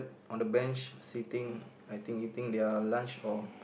on the bench sitting I think eating their lunch or